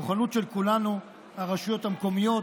המוכנות של כולנו ברשויות המקומיות,